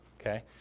Okay